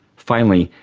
finally,